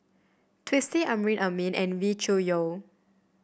Twisstii Amrin Amin and Wee Cho Yaw